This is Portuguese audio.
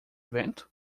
vento